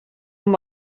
amb